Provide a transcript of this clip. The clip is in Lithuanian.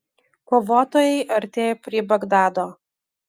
kovotojai artėja prie bagdado